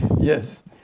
Yes